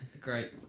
great